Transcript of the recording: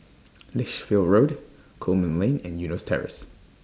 Lichfield Road Coleman Lane and Eunos Terrace